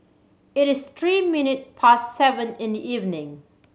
it is three minute past seven in the evening